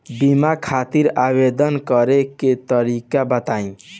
बीमा खातिर आवेदन करे के तरीका बताई?